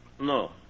no